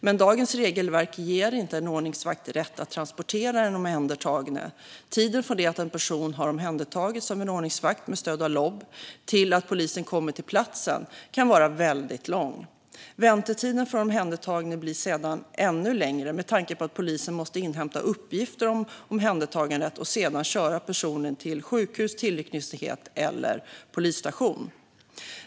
Men dagens regelverk ger inte en ordningsvakt rätt att transportera den omhändertagne. Tiden från det att en person har omhändertagits av en ordningsvakt med stöd av LOB till att polisen kommer till platsen kan vara väldigt lång. Väntetiden för den omhändertagne blir ännu längre med tanke på att polisen måste inhämta uppgifter om omhändertagandet och sedan köra personen till sjukhus, tillnyktringsenhet eller polisstation.